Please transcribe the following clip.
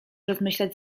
rozmyślać